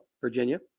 Virginia